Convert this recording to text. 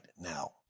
now